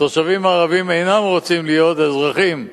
התושבים הערבים אינם רוצים להיות אזרחים ישראלים,